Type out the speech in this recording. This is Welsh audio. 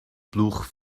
blwch